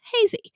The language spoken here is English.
Hazy